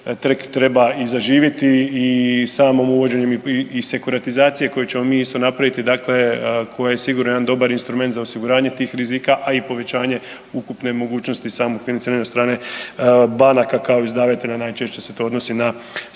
treba i zaživjeti i samom uvođenjem i sekuratizacije koju ćemo mi isto napraviti, dakle koja je sigurno jedan dobar instrument za osiguranje tih rizika, a i povećanje ukupne mogućnosti samog financiranja od strane banaka kao izdavatelja, najčešće se to odnosi na